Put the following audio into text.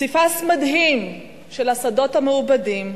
פסיפס מדהים של השדות המעובדים,